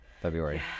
February